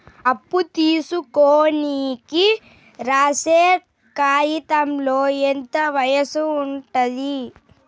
అప్పు తీసుకోనికి రాసే కాయితంలో ఎంత వయసు ఉంటది?